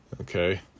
Okay